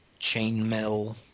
chainmail